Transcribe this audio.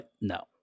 no